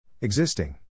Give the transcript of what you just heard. Existing